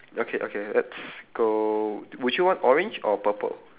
okay okay let's go would you want orange or purple